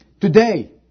Today